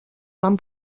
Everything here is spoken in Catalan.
van